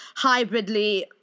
hybridly